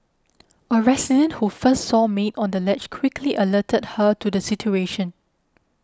a resident who first saw maid on the ledge quickly alerted her to the situation